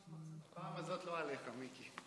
הפעם הזאת לא עליך, מיקי.